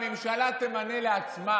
זה שופטים שהממשלה תמנה לעצמה.